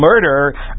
murder